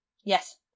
Yes